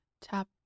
tap